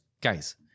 guys